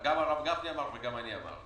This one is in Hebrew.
שגם הרב גפני אמרתי וגם אני אמרתי.